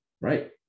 Right